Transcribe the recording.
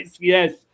Yes